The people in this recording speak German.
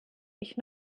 ich